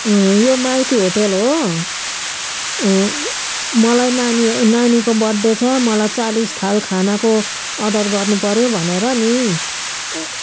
यो माइती होटल हो मलाई नानी नानीको बर्डडे छ मलाई चालिस थाल खानाको अर्डर गर्नुपऱ्यो भनेर नि